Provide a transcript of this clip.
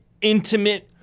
intimate